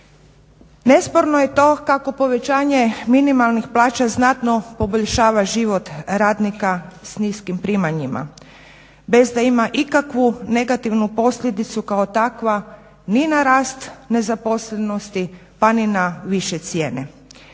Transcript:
Nesporno je to kako povećanje minimalnih plaća znatno poboljšava život radnika s niskim primanjima bez da ima ikakvu negativnu posljedicu kao takva ni na rast nezaposlenosti pa ni na više cijene.